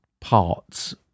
parts